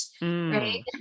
Right